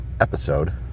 episode